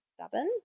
stubborn